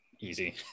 easy